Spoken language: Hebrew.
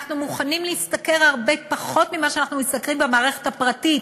אנחנו מוכנים להשתכר הרבה פחות ממה שאנחנו משתכרים במערכת הפרטית,